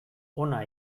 hona